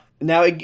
now